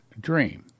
dream